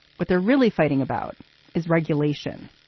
what they're really fighting about is regulation,